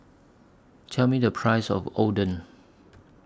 Tell Me The Price of Oden